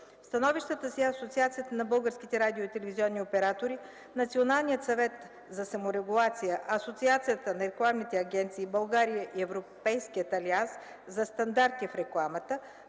становищата си Асоциацията на българските радио- и телевизионни оператори, Националният съвет за саморегулация, Асоциацията на рекламните агенции – България и Европейският алианс за стандарти в рекламата